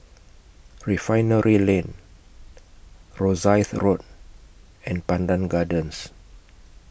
Refinery Lane Rosyth Road and Pandan Gardens